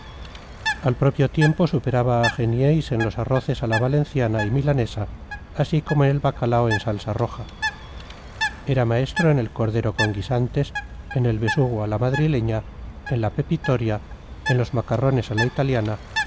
al propio tiempo superaba a genieys en los arroces a la valenciana y milanesa así como en el bacalao en salsa roja era maestro en el cordero con guisantes en el besugo a la madrileña en la pepitoria en los macarrones a la italiana